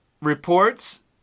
reports